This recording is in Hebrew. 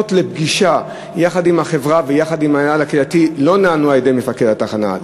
לפגישה יחד עם החברה ויחד עם המינהל הקהילתי לא נענו על-ידי מפקד התחנה.